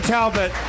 Talbot